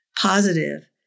positive